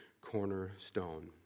cornerstone